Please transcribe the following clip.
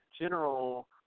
general –